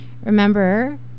remember